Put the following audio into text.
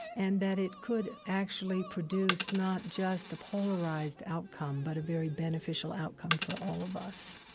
and that it could actually produce not just a polarized outcome but a very beneficial outcome for all of us